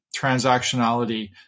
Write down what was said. transactionality